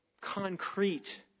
concrete